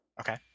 Okay